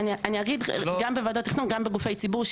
גם בוועדות תכנון וגם בגופי ציבור,